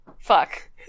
Fuck